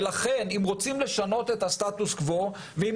ולכן אם רוצים לשנות את הסטטוס קוו ואם